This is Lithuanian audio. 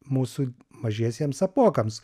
mūsų mažiesiems apuokams